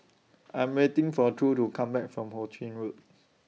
I Am waiting For True to Come Back from Ho Ching Road